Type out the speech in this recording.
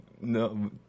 No